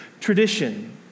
tradition